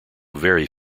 very